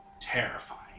Terrifying